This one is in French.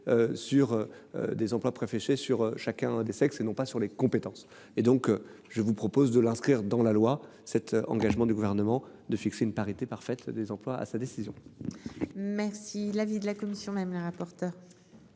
sur. Des emplois. Sur chacun des sexes et non pas sur les compétences et donc je vous propose de l'inscrire dans la loi. Cet engagement du gouvernement de fixer une parité parfaite des emplois à sa décision. Merci l'avis de la commission. Même le rapporteur.